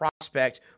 prospect